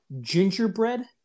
gingerbread